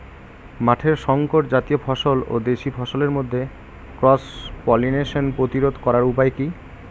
মাঠের শংকর জাতীয় ফসল ও দেশি ফসলের মধ্যে ক্রস পলিনেশন প্রতিরোধ করার উপায় কি?